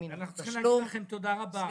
מין בתשלום -- אנחנו צריכים להגיד לכם תודה רבה.